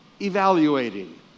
evaluating